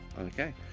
Okay